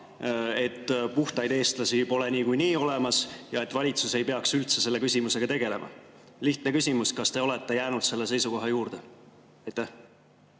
– puhtaid eestlasi pole niikuinii olemas ja et valitsus ei peaks üldse selle küsimusega tegelema. Lihtne küsimus: kas te olete jäänud selle seisukoha juurde?